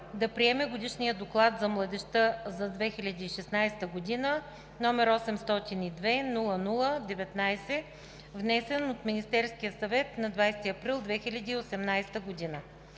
да приеме Годишния доклад за младежта за 2016 г., № 802-00-19, внесен от Министерския съвет на 20 април 2018 г.“